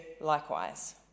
likewise